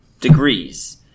degrees